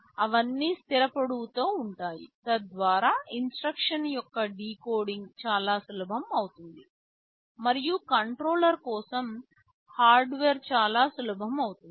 అవన్నీ స్థిర పొడవుతో ఉంటాయి తద్వారా ఇన్స్ట్రక్షన్ యొక్క డీకోడింగ్ చాలా సులభం అవుతుంది మరియు కంట్రోలర్ కోసం హార్డ్వేర్ చాలా సులభం అవుతుంది